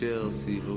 Chelsea